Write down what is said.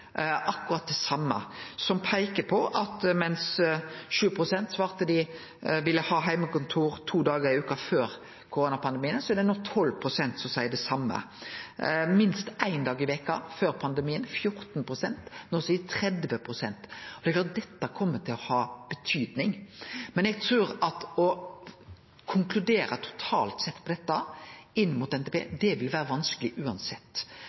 akkurat det same, som peiker på at mens 7 pst. svarte at dei ville ha heimekontor to dagar i veka før koronapandemien, er det no 12 pst. som seier det same. Før pandemien var det 14 pst. som sa minst ein dag i veka; no seier 30 pst. det. Det er klart at dette kjem til å ha betyding. Eg trur at å konkludere totalt sett på dette inn mot